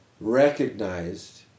recognized